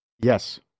yes